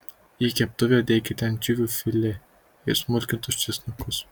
į keptuvę dėkite ančiuvių filė ir smulkintus česnakus